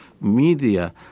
media